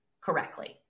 correctly